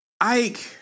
Ike